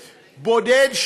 בודד,